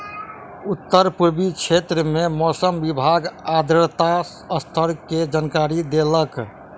उत्तर पूर्वी क्षेत्र में मौसम विभाग आर्द्रता स्तर के जानकारी देलक